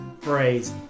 phrase